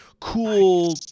cool